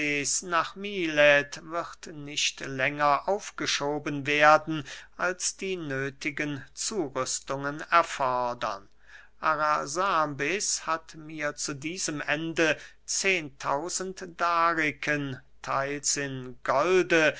nach milet wird nicht länger aufgeschoben werden als die nöthigen zurüstungen erfordern arasambes hat mir zu diesem ende zehen tausend dariken theils in golde